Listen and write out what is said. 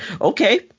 Okay